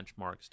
benchmarks